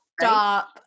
Stop